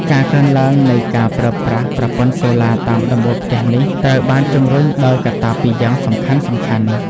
ការកើនឡើងនៃការប្រើប្រាស់ប្រព័ន្ធសូឡាតាមដំបូលផ្ទះនេះ ត្រូវបានជំរុញដោយកត្តាពីរយ៉ាងសំខាន់ៗ។